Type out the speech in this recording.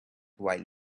while